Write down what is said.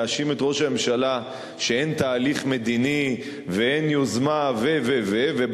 להאשים את ראש הממשלה שאין תהליך מדיני ואין יוזמה ו- ו- ו-,